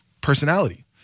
personality